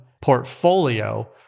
portfolio